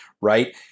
Right